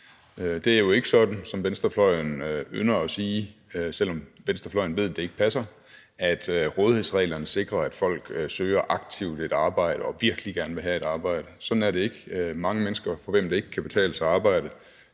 Det er jo ikke, som venstrefløjen ynder at sige, selv om venstrefløjen ved, at det ikke passer, sådan, at rådighedsreglerne sikrer, at folk aktivt søger et arbejde, og at de virkelig gerne vil have et arbejde. Sådan er det ikke. Mange mennesker, for hvem det ikke kan betale sig at arbejde,